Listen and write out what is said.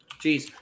Jeez